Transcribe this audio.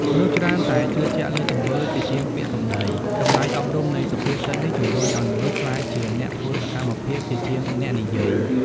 មនុស្សច្រើនតែជឿជាក់លើទង្វើជាជាងពាក្យសម្ដី។ តម្លៃអប់រំនៃសុភាសិតនេះជំរុញឱ្យមនុស្សក្លាយជាអ្នកធ្វើសកម្មភាព ជាជាងអ្នកនិយាយ។